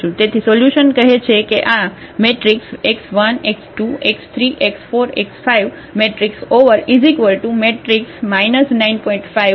તેથી સોલ્યુશન કહે છે કે આ Ax0 9